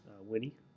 Winnie